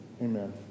Amen